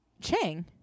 chang